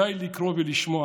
די לקרוא ולשמוע